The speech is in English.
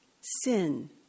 sin